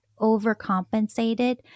overcompensated